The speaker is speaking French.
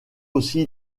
aussi